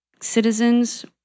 citizens